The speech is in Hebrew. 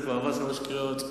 זה כבר שלוש קריאות.